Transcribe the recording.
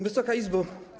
Wysoka Izbo!